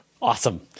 Awesome